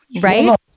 right